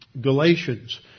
Galatians